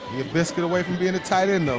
biscuit away from being a tight end,